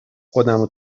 خودمو